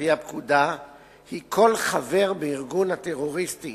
על-פי הפקודה היא שכל חבר בארגון הטרוריסטי